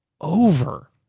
over